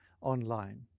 online